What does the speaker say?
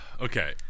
okay